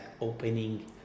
opening